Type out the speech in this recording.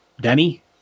Danny